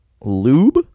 Lube